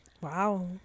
Wow